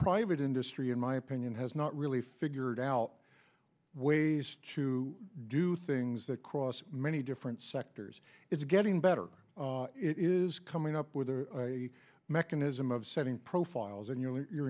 private industry in my opinion has not really figured out ways to do things that cross many different sectors it's getting better it is coming up with a mechanism of setting profiles and you